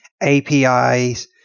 APIs